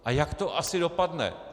A jak to asi dopadne?